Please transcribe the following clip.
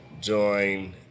join